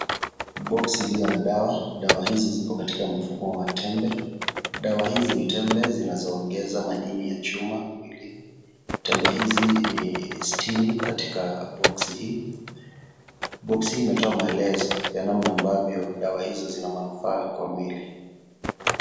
Boksi iliyo na dawa. Dawa hizi ziko katika mfumo wa tembe. Dawa hizi ni tembe zinazoongeza madini ya chuma mwilini. Tembe hizi ni sitini katika boksi hii. Boksi hii, imetoa maelezo ya namna ambavyo dawa hizo zina manufaa kwa mwili.